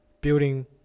building